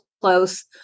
close